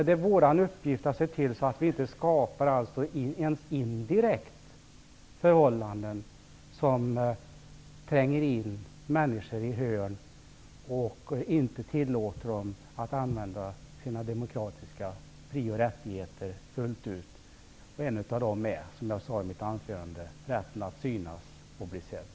Det är vår uppgift att se till att vi inte ens indirekt skapar förhållanden som tränger in människor i hörn och inte tillåter dem att använda sina demokratiska frioch rättigheter fullt ut. En av dem är, som jag sade i mitt anförande, rätten att synas och bli sedd.